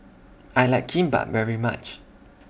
I like Kimbap very much